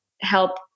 help